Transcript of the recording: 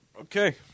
Okay